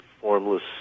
formless